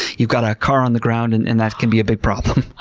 you've got a car on the ground and and that can be a big problem.